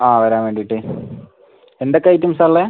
ആ വരാൻ വേണ്ടിയിട്ട് എന്തൊക്കെ ഐറ്റംസാണ് ഉള്ളത്